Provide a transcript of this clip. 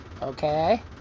Okay